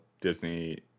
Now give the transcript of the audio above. Disney